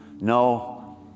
No